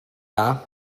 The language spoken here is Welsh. dda